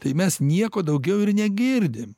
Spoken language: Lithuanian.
tai mes nieko daugiau ir negirdim